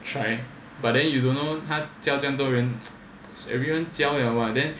try but then you don't know 他教这样多人 everyone 教了 [what] then